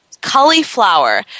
cauliflower